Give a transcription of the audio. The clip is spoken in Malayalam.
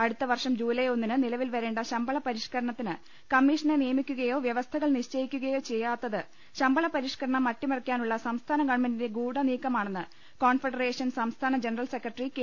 അടുത്ത വർഷം ജൂലൈ ഒന്നിന് നിലവിൽ വരേണ്ട ശമ്പള പരിഷ്കരണത്തിന് കമ്മീഷനെ നിയമിക്കുകയോ വൃവസ്ഥകൾ നിശ്ചയിക്കുകയോ ചെയ്യാത്തു ശമ്പള പരിഷ് കരണം അട്ടിമറിക്കാനുള്ള സ്ഥാന ഗവൺമെന്റിന്റെ ഗൂഡനീക്കമാണെന്ന് കോൺഫെഡറേഷൻ സംസ്ഥാന ജനറൽ സെക്രട്ടറി കെ